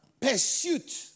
pursuit